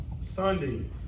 Sunday